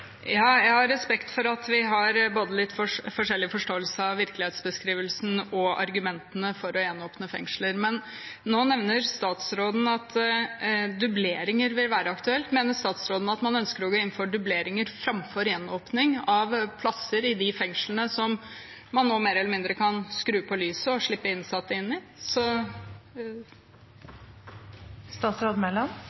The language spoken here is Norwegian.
Jeg har respekt for at vi har litt forskjellig forståelse av både virkelighetsbeskrivelsen og argumentene for å gjenåpne fengsler. Men nå nevner statsråden at dubleringer vil være aktuelt. Mener statsråden at man ønsker å gå inn for dubleringer framfor gjenåpning av plasser i de fengslene som man nå mer eller mindre kan skru på lyset i og slippe innsatte inn i?